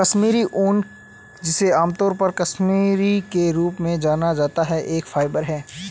कश्मीरी ऊन, जिसे आमतौर पर कश्मीरी के रूप में जाना जाता है, एक फाइबर है